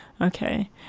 Okay